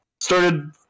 started